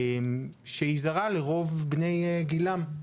שהיא זרה לרוב בני גילם.